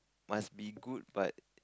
must be good but